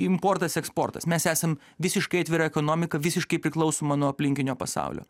importas eksportas mes esam visiškai atvira ekonomika visiškai priklausoma nuo aplinkinio pasaulio